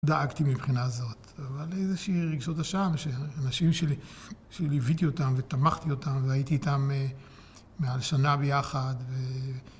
דאגתי מבחינה זאת, אבל איזושהי רגשות השם, שאנשים שלי, שליויתי אותם, ותמכתי אותם, והייתי איתם מעל שנה ביחד.